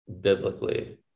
biblically